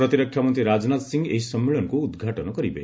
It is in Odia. ପ୍ରତିରକ୍ଷା ମନ୍ତ୍ରୀ ରାଜନାଥ ସିଂହ ଏହି ସମ୍ମିଳନୀକୁ ଉଦ୍ଘାଟନ କରିବେ